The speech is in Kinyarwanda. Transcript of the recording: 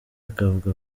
akavuga